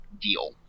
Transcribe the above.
deal